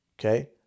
okay